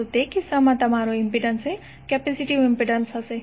તો તે કિસ્સામાં તમારું ઇમ્પિડન્સ એ કેપેસિટીવ ઇમ્પિડન્સ હશે